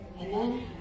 Amen